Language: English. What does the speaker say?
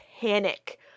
panic